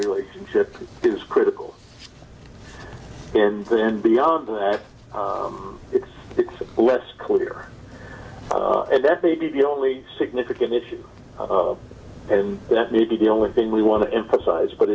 relationship is critical and then beyond that it's it's less clear and that may be the only significant issue and that may be the only thing we want to emphasize but